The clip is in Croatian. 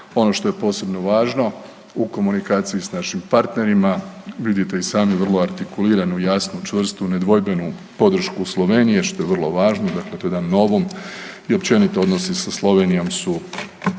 Ono što je posebno važno u komunikaciji s našim partnerima vidite i sami vrlo artikuliranu, jasnu, čvrstu, nedvojbenu podršku Slovenije što je vrlo važno, dakle to je jedan novum i općenito odnosi sa Slovenijom su